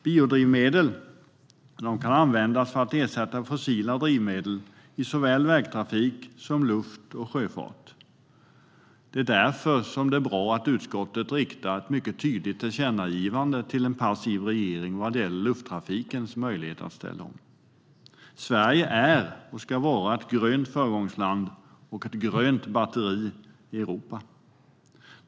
Biodrivmedel kan användas för att ersätta fossila drivmedel i såväl vägtrafik som luft och sjöfart. Det är därför som det är bra att utskottet riktar ett mycket tydligt tillkännagivande till en passiv regering vad gäller lufttrafikens möjligheter att ställa om. Sverige är och ska vara ett grönt föregångsland och ett "grönt batteri" i Europa.